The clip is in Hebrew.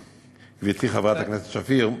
גברתי חברת הכנסת סתיו שפיר,